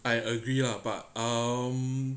I agree lah but um